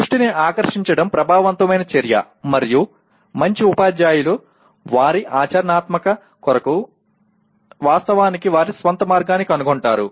దృష్టిని ఆకర్షించడం ప్రభావవంతమైన చర్య మరియు మంచి ఉపాధ్యాయులు వారి ఆచరణాత్మక కొరకు వాస్తవానికి వారి స్వంత మార్గాన్ని కనుగొంటారు